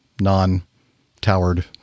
non-towered